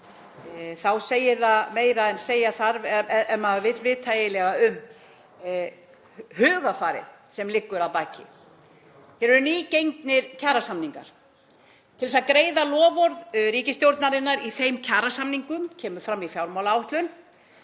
þá segir það meira en segja þarf ef maður vill vita eiginlega um hugarfarið sem liggur að baki. Hér eru nýgengnir kjarasamningar. Til þess að greiða loforð ríkisstjórnarinnar í þeim kjarasamningum þá kemur fram í fjármálaáætlun